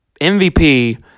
MVP